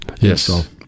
Yes